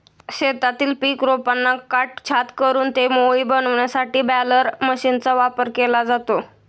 शेतातील पीक रोपांना काटछाट करून ते मोळी बनविण्यासाठी बालेर मशीनचा वापर केला जातो